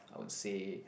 I would say